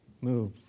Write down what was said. move